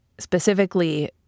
Specifically